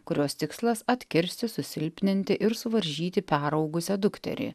kurios tikslas atkirsti susilpninti ir suvaržyti peraugusią dukterį